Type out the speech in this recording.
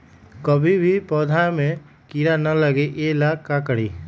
कभी भी पौधा में कीरा न लगे ये ला का करी?